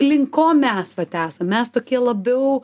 link ko mes vat esam mes tokie labiau